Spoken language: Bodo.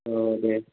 औ दे